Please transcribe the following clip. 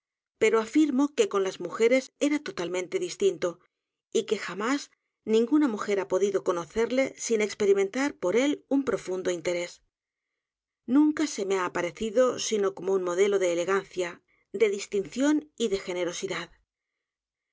pero afirmo que con las mujeres era totalmente distinto y que j a m á s ninguna mujer ha podido conocerle sin experimentar por él un profundo interés nunca se me h a aparecido sino como un modelo de elegancia de distinción y de generosidad